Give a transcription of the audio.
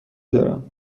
دارم